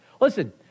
Listen